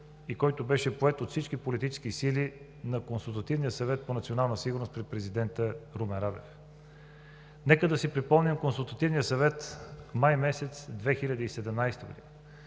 и който беше поет от всички политически сили на Консултативния съвет по национална сигурност при президента Румен Радев. Нека да си припомним Консултативния съвет май месец 2017 г.;